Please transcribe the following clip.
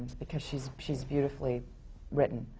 because she's she's beautifully written.